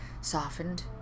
softened